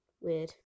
weird